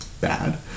bad